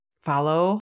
follow